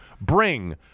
bring